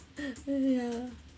yeah